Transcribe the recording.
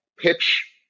pitch